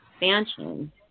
expansion